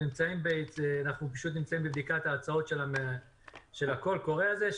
אנחנו נמצאים בבדיקת ההצעות של הקול קורא הזה,